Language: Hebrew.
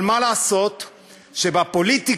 אבל מה לעשות שבפוליטיקה,